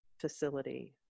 facility